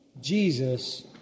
Jesus